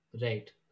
Right